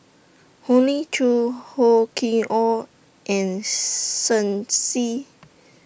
Hoey Choo Hor Chim Or and Shen Xi